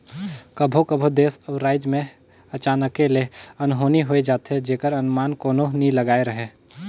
कभों कभों देस अउ राएज में अचानके ले अनहोनी होए जाथे जेकर अनमान कोनो नी लगाए रहें